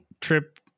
trip